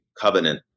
covenant